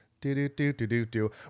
Do-do-do-do-do-do